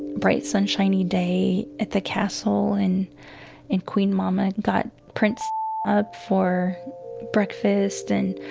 bright, sunshiny day at the castle and and queen mama got prince up for breakfast and